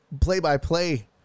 play-by-play